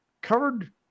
covered